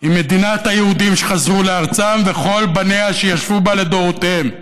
היא מדינת היהודים שחזרו לארצם וכל בניה שישבו בה לדורותיהם.